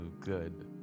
good